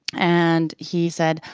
and he said,